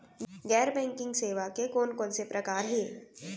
गैर बैंकिंग सेवा के कोन कोन से प्रकार हे?